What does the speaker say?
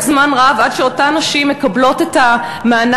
זמן רב עד שאותן נשים מקבלות את המענק,